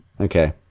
Okay